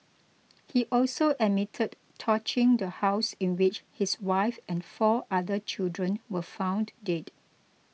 he also admitted torching the house in which his wife and four other children were found dead